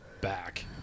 back